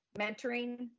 mentoring